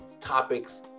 topics